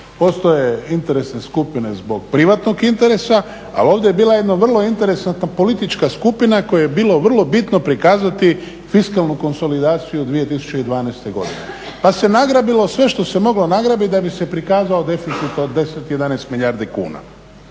postoje interesne skupine zbog privatnog interesa ali ovdje je bila jedna vrlo interesantna politička skupina kojoj je bilo vrlo bitno prikazati fiskalnu konsolidaciju 2012.godine pa se nagrabilo sve što se moglo nagrabiti da bi se prikazao deficit od 10, 11 milijardi kuna.